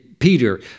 Peter